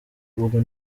ubwo